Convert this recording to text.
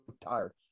tired